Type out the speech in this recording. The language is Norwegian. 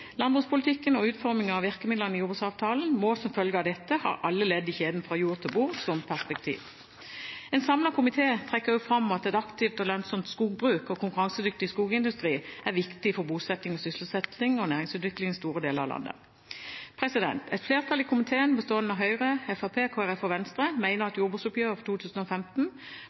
Landbrukspolitikken og utformingen av virkemidlene i jordbruksavtalen må som følge av dette ha alle ledd i kjeden fra jord til bord som perspektiv. En samlet komité trekker også fram at et aktivt og lønnsomt skogbruk og en konkurransedyktig skogindustri er viktig for bosetting, sysselsetting og næringsutvikling i store deler av landet. Et flertall i komiteen, bestående av Høyre, Fremskrittspartiet, Kristelig Folkeparti og Venstre, mener at